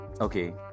Okay